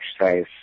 exercise